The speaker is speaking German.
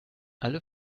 alle